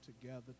together